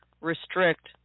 restrict